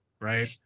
Right